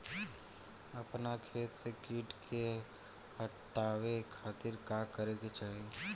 अपना खेत से कीट के हतावे खातिर का करे के चाही?